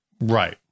Right